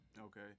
Okay